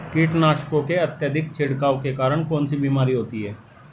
कीटनाशकों के अत्यधिक छिड़काव के कारण कौन सी बीमारी होती है?